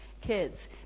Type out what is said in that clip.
kids